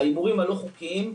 וההימורים הלא חוקיים,